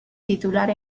titular